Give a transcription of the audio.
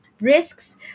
risks